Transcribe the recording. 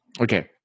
Okay